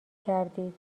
کردید